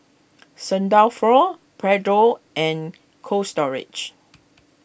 Saint Dalfour Pedro and Cold Storage